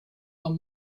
are